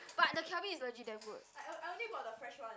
but the Calbee is legit damn good